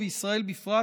ובישראל בפרט,